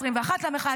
ה-21 למחאה,